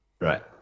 Right